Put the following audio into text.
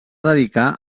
dedicar